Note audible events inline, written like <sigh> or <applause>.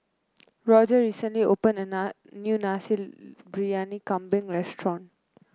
Goger recently opened a <unintelligible> new Nasi Briyani Kambing restaurant